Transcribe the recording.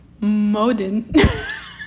moden